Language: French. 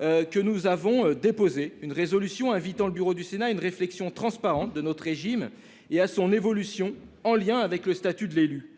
ont déposé une résolution invitant le bureau du Sénat à une réflexion transparente sur notre régime et sur son évolution, en lien avec le statut de l'élu.